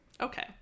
Okay